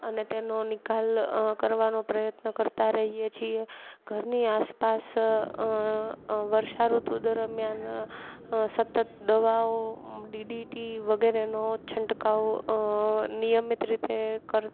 અને તેનો નિકાલ કરવાનો પ્રયત્ન કરતાં રહીએ છીએ ઘરની આસપાસ વર્ષાઋતુ દરમ્યાન સતત દવાઓ ડીડીટી વગેરેનો છંટકાવ નિયમિત રીતે કર